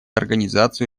организацию